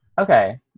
okay